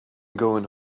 going